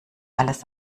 alles